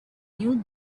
knew